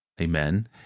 amen